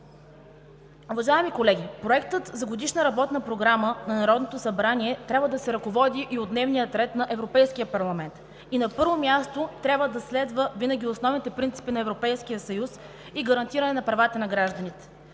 Уважаеми колеги, Проектът за Годишна работна програма на Народното събрание трябва да се ръководи и от дневния ред на Европейския парламент и на първо място трябва да следва винаги основните принципи на Европейския съюз и гарантиране правата на гражданите.